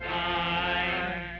right